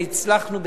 והצלחנו,